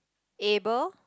Abel